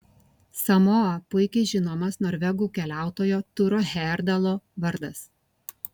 samoa puikiai žinomas norvegų keliautojo turo hejerdalo vardas